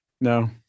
No